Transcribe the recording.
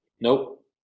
Nope